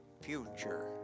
future